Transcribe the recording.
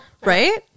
Right